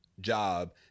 job